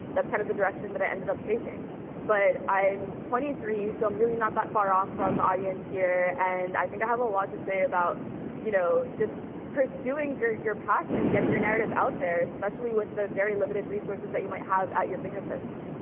that's kind of the direction that i ended up taking but i'm twenty three, so i'm really not that far off from the audience here and i think i have a lot to say about you know just pursuing your your passion and getting your narrative out there, especially with the very limited resources that you might have at your fingertips.